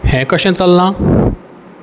हें कशें चल्लां